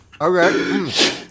Okay